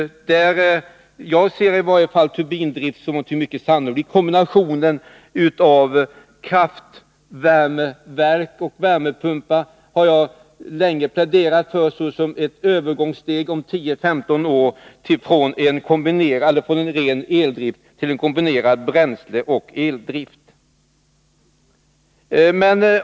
Jag ser i varje fall turbindrift som ett mycket sannolikt alternativ. Kombinationen av kraftvärmeverket och värmepumpar har jag länge pläderat för som ett övergångssteg om 10-15 år från ren eldrift till en kombination av bränsleoch eldrift.